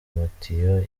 amatiyo